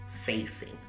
facing